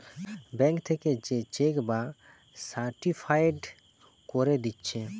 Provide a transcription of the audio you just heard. bank থিকে যে cheque টা সার্টিফায়েড কোরে দিচ্ছে